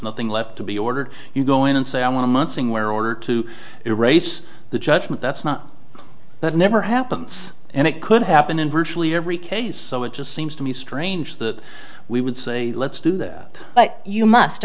nothing left to be ordered you go in and say i want months thing where order to erase the judgment that's not that never happened and it could happen in virtually every case so it just seems to me strange that we would say let's do that but you must